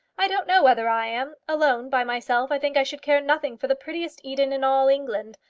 i don't know whether i am. alone, by myself, i think i should care nothing for the prettiest eden in all england.